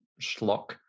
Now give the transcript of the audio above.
schlock